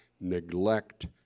neglect